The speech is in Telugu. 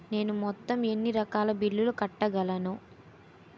నేను మొత్తం ఎన్ని రకాల బిల్లులు కట్టగలను?